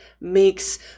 makes